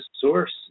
source